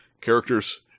Characters